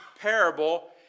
parable